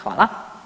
Hvala.